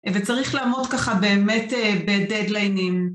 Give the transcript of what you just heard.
וצריך לעמוד ככה באמת בדדליינים.